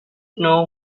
know